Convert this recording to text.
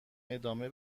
ادامه